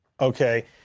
Okay